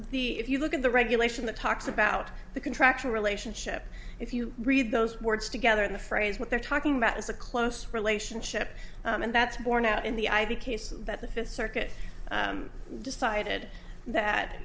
the if you look at the regulation that talks about the contractual relationship if you read those words together in the phrase what they're talking about is a close relationship and that's borne out in the ib case that the first circuit decided that